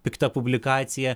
pikta publikacija